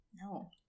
No